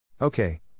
Okay